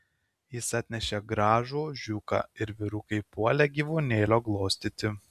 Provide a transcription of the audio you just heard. jis atnešė gražų ožiuką ir vyrukai puolė gyvūnėlio glostyti